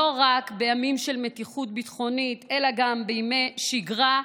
לא רק בימים של מתיחות ביטחונית אלא גם בימי שגרה,